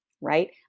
right